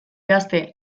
gazte